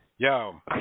Yo